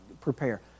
prepare